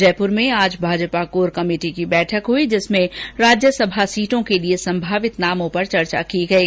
जयपुर में आज Bhajpa core committee की बैठक हई ॅजिसमें राज्यसभा सीटों के लिए संभावित नामों पर चर्चा की गयी